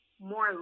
more